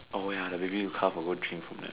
oh ya the baby calf will go and drink from that